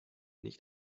nicht